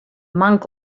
monk